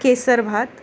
केसरभात